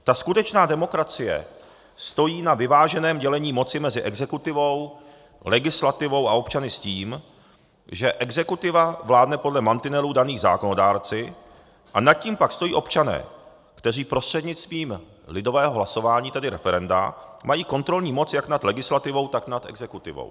Ta skutečná demokracie stojí na vyváženém dělení moci mezi exekutivou, legislativou a občany s tím, že exekutiva vládne podle mantinelů daných zákonodárci a nad tím pak stojí občané, kteří prostřednictvím lidového hlasování, tedy referenda, mají kontrolní moc jak nad legislativou, tak nad exekutivou.